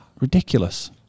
Ridiculous